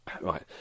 Right